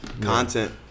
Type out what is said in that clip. content